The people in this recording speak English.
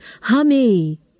Hummy